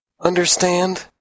Understand